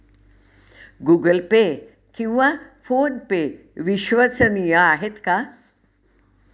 Google Pay किंवा PhonePe विश्वसनीय आहेत का?